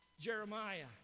Jeremiah